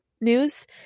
news